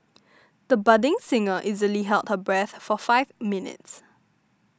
the budding singer easily held her breath for five minutes